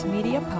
Media